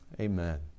Amen